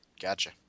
Gotcha